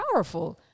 powerful